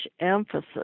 emphasis